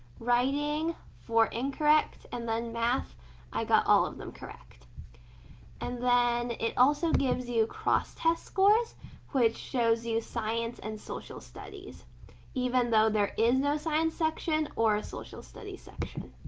writing four incorrect and then math i got all of them correct and then it also gives you cross test scores which shows you science and social studies even though there is no science section or a social studies section.